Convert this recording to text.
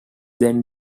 then